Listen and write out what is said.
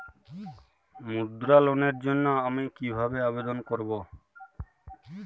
মুদ্রা লোনের জন্য আমি কিভাবে আবেদন করবো?